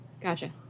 Gotcha